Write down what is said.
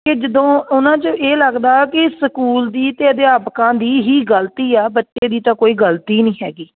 ਕਿ ਜਦੋਂ ਉਹਨਾਂ 'ਚੋਂ ਇਹ ਲੱਗਦਾ ਕਿ ਸਕੂਲ ਦੀ ਅਤੇ ਅਧਿਆਪਕਾਂ ਦੀ ਹੀ ਗਲਤੀ ਆ ਬੱਚੇ ਦੀ ਤਾਂ ਕੋਈ ਗਲਤੀ ਹੀ ਨਹੀਂ ਹੈਗੀ